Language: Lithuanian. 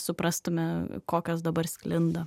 suprastume kokios dabar sklinda